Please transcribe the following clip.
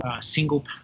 Single